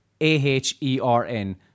A-H-E-R-N